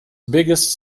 biggest